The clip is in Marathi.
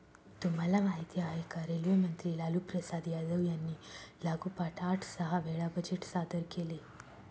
तुम्हाला माहिती आहे का? रेल्वे मंत्री लालूप्रसाद यादव यांनी लागोपाठ आठ सहा वेळा बजेट सादर केले